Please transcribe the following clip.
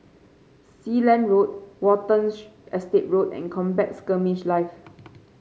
Sealand Road Watten Estate Road and Combat Skirmish Live